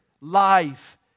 life